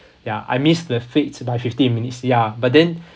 ya I miss the fate by fifteen minutes ya but then